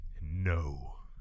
no